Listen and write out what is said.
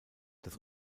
das